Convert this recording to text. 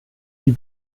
die